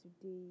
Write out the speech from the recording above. today